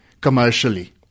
commercially